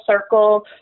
circle